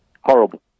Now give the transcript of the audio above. Horrible